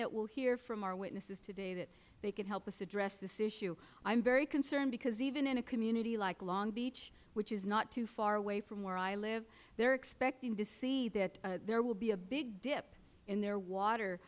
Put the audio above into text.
we will hear from our witnesses today that they can help us address this issue i am very concerned because even in a community like long beach which is not too far away from where i live they are expecting to see that there will be a big dip in their water